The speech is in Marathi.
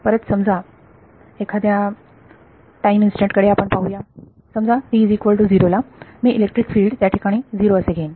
परत समजा एखाद्या टाईम इन्स्टंट कडे आपण पाहूया समजा ला मी इलेक्ट्रिक फील्ड त्या ठिकाणी 0 असे घेईन